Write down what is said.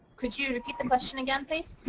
could you repeat the question again, please?